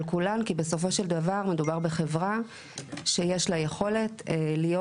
כולן כי בסופו של דבר מדובר בחברה שיש לה יכולת להיות